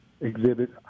Exhibit